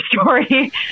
story